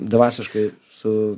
dvasiškai su